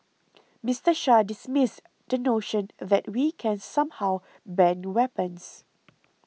Mister Shah dismissed the notion that we can somehow ban weapons